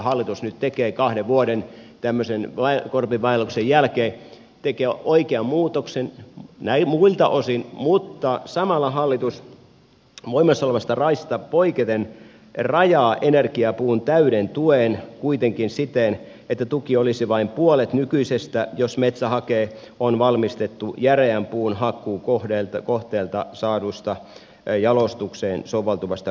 hallitus tekee nyt kahden vuoden tämmöisen korpivaelluksen jälkeen oikean ja tunnustusta ansaitsevan muutoksen muilta osin mutta samalla hallitus voimassa olevasta laista poiketen rajaa energiapuun täyden tuen kuitenkin siten että tuki olisi vain puolet nykyisestä jos metsähake on valmistettu järeän puun hakkuukohteelta saadusta jalostukseen soveltuvasta runkopuusta